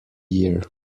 year